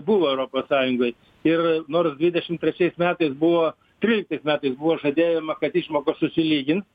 buvo europos sąjungoj ir nors dvidešim trečiais metais buvo tryliktais metais buvo žadėjama kad išmokos susilygins